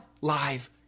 live